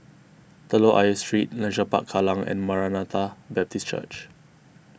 Telok Ayer Street Leisure Park Kallang and Maranatha Baptist Church